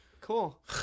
cool